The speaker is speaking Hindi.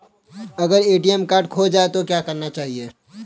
अगर ए.टी.एम कार्ड खो जाए तो क्या करना चाहिए?